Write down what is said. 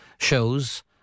shows